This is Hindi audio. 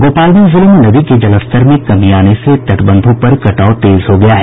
गोपालगंज जिले में नदी के जलस्तर में कमी आने से तटबंधों पर कटाव तेज हो गया है